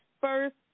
First